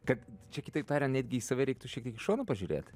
kad čia kitaip tariant netgi į save reiktų šiek tiek iš šono pažiūrėt